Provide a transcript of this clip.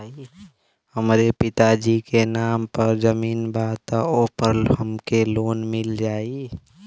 हमरे पिता जी के नाम पर जमीन बा त ओपर हमके लोन मिल जाई?